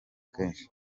kenshi